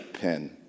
pen